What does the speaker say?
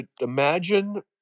imagine